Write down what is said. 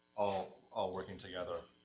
all, all working together.